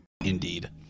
Indeed